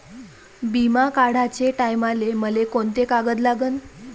बिमा काढाचे टायमाले मले कोंते कागद लागन?